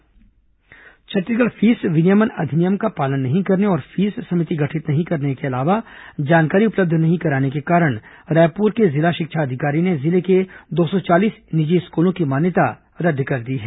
Chhattisgarh fees विनियमन अधिनियम का पालन नहीं करने और फीस समिति गठित नहीं करने के अलावा जानकारी उपलब्ध नहीं कराने के कारण रायपुर के जिला शिक्षा अधिकारी ने जिले के दो सौ चालीस निजी स्कूलों की मान्यता रद्द कर दी है